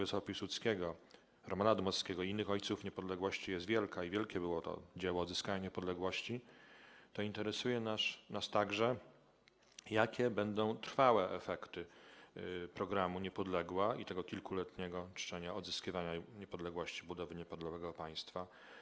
Józefa Piłsudskiego, Romana Dmowskiego i innych ojców niepodległości jest wielka i wielkie było to dzieło odzyskania niepodległości, to interesuje nas także, jakie będą trwałe efekty programu „Niepodległa” i tego kilkuletniego czczenia odzyskiwania niepodległości oraz budowy niepodległego państwa.